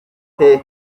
hehe